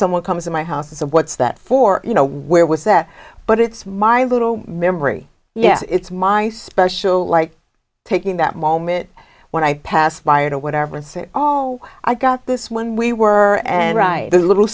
someone comes to my house and what's that for you know where was that but it's my little memory yes it's my special like taking that moment when i pass by or whatever and say oh i got this when we were and write a little